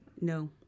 No